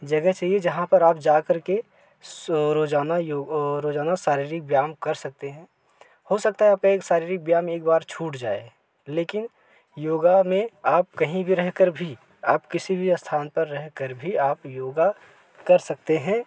जगह चाहिए जहाँ पर आप जा करके श रोजाना योग रोजाना शारीरिक ब्यायाम कर सकते हैं हो सकता है आपका एक सारीरिक व्यायाम एक बार छूट जाए लेकिन योग में आप कहीं भी रहकर भी आप किसी भी स्थान पर रहकर भी आप योग कर सकते हैं